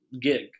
gig